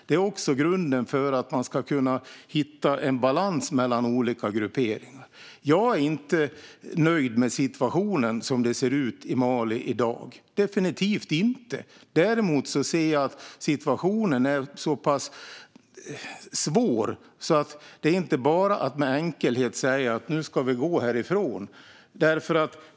Det är också grunden för att hitta en balans mellan olika grupperingar. Jag är definitivt inte nöjd med situationen i Mali i dag. Däremot anser jag att situationen är så pass svår att det inte enkelt kan sägas att vi ska lämna Mali.